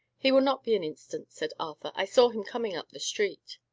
he will not be an instant, said arthur. i saw him coming up the street.